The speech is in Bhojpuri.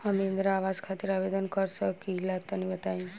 हम इंद्रा आवास खातिर आवेदन कर सकिला तनि बताई?